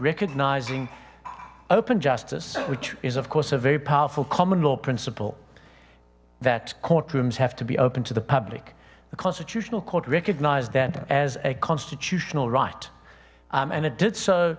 recognizing open justice which is of course a very powerful common law principle that courtrooms have to be open to the public the constitutional court recognized that as a constitutional right and it did so